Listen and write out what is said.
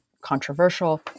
controversial